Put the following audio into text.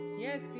yes